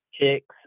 chicks